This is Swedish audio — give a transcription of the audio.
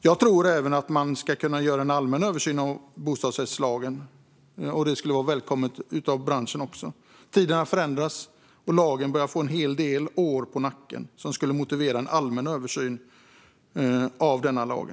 Jag tror även att man ska kunna göra en allmän översyn av bostadsrättslagen. Det skulle också välkomnas av branschen. Tiderna förändras, och lagen börjar få en hel del år på nacken, vilket skulle motivera en allmän översyn av bostadsrättslagen.